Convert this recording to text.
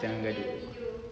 jangan gaduh